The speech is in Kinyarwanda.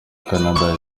canada